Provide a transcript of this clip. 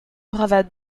bravade